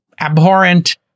abhorrent